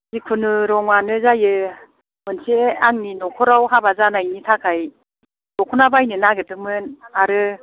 जिखुनु रङानो जायो मोनसे आंनि न'खराव हाबा जानायनि थाखाय दखना बायनो नागिरदोंमोन आरो